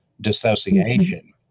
dissociation